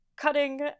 cutting